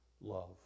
love